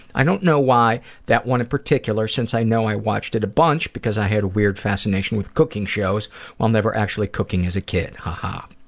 i don't know why that one in particular, since i know i watched it a bunch because i had a weird fascination with cooking shows but never actually cooking as a kid, ha ha.